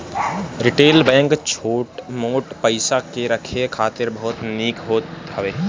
retail bank छोट मोट पईसा के रखे खातिर बहुते निक होत हवे